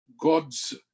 God's